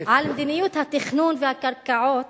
על מדיניות התכנון והקרקעות